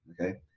Okay